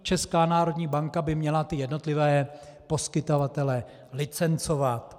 Česká národní banka by měla jednotlivé poskytovatele licencovat.